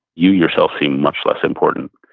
you yourself seem much less important.